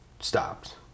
stopped